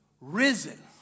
risen